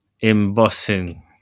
embossing